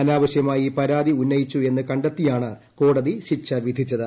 അനാവശ്യമായി പരാതി ഉന്നയിച്ചു എന്ന് കണ്ടെത്തിയാണ് കോടതി ശിക്ഷ വിധിച്ചത്